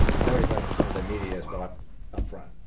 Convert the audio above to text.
seventy five percent of the media is bought upfront.